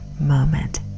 moment